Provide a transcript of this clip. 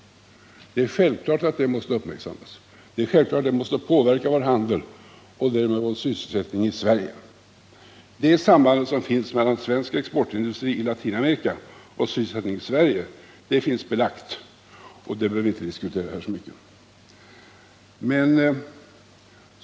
Det är självklart att det måste uppmärksammas, och det är självklart att det måste påverka vår handel och därmed sysselsättningen i Sverige. Det samband som finns mellan svensk exportindustri i Latinamerika och sysselsättningen i Sverige är belagt, så det behöver vi inte diskutera här så mycket.